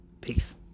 Peace